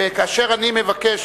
וכאשר אני מבקש